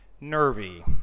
nervy